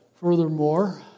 furthermore